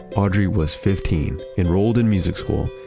audrey was fifteen, enrolled in music school,